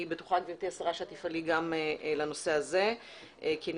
אני בטוחה גברתי השרה שגם בנושא הזה את תפעלי כי אני